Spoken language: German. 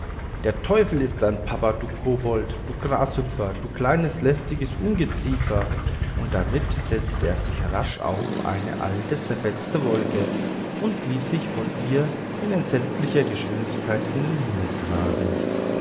der teufel ist dein papa du kobold du grashüpfer du kleines lästiges ungeziefer und damit setzte er sich rasch auf eine alte zerfetzte wolke und ließ sich von ihr in entsetzlicher geschwindigkeit in den himmel tragen